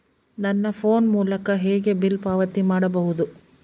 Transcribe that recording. ನನ್ನ ಫೋನ್ ಮೂಲಕ ಹೇಗೆ ಬಿಲ್ ಪಾವತಿ ಮಾಡಬಹುದು?